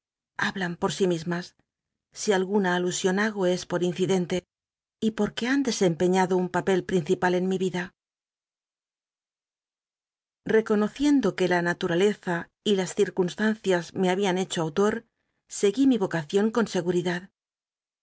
hablan por sí mismas si alguna alusion hago es por incidente y porque han desempeñado un papel principal en mi vida lteconociendo que la nat umlcza y las ci cunstancias me habían hecho autor seguí mi yocacion idad con seguridad